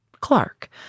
Clark